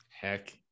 Heck